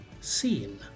seen